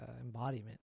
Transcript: embodiment